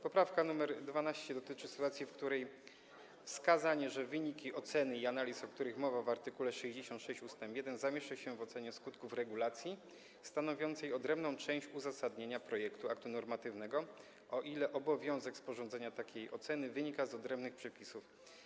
Poprawka nr 12 dotyczy sytuacji, w której wskazanie, że wyniki oceny i analiz, o których mowa w art. 66 ust. 1, zamieszcza się w ocenie skutków regulacji stanowiącej odrębną część uzasadnienia projektu aktu normatywnego, o ile obowiązek sporządzenia takiej oceny wynika z odrębnych przepisów.